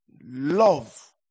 love